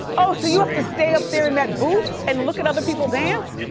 oh, so you have to stay up there in that booth and look at other people dance?